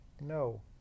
No